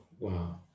Wow